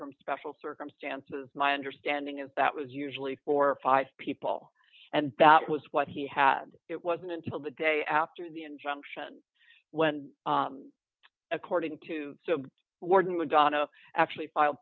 from special circumstances my understanding is that was usually or five people and that was what he had it wasn't until the day after the injunction when according to the warden was gonna actually file